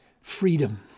freedom